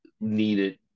needed